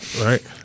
right